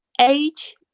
age